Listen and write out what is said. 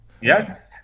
Yes